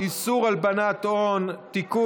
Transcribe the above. איסור הלבנת הון (תיקון,